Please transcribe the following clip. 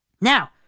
Now